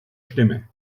stimme